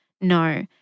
No